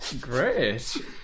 Great